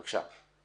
בבקשה.